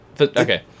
Okay